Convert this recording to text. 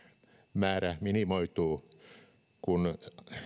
määrä minimoituu kun